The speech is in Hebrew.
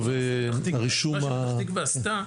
מה שפתח תקווה עשתה,